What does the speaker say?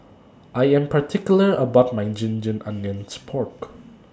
I Am particular about My Ginger Onions Pork